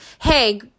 hey